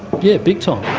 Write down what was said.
yeah, big time.